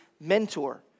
mentor